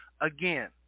again